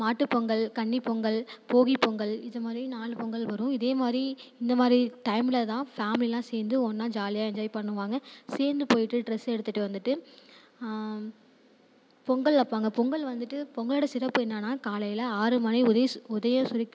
மாட்டு பொங்கல் கன்னி பொங்கல் போகி பொங்கல் இது மாதிரி நாலு பொங்கல் வரும் இதேமாதிரி இந்த மாதிரி டைமில் தான் ஃபேமிலியெலாம் சேர்ந்து ஒன்றா ஜாலியாக என்ஜாய் பண்ணுவாங்க சேர்ந்து போய்விட்டு ட்ரஸ் எடுத்துகிட்டு வந்துட்டு பொங்கல் வைப்பாங்க பொங்கல் வந்துட்டு பொங்கலோட சிறப்பு என்னெனா காலையில் ஆறு மணி உதய சூர் உதயம் சுரிக்